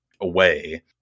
away